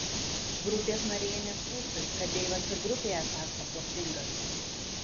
grupės nariai ėmė skųstis kad deivas ir grupėje esąs paslaptingas